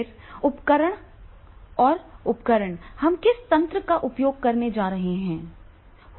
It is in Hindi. फिर उपकरण और उपकरण हम किस तंत्र का उपयोग करने जा रहे हैं